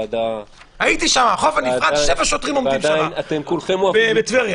אתם כולכם אוהבים לבכות.